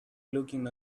looking